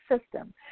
system